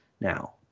Now